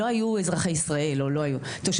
לא היו אזרחי ישראל או לא תושבים,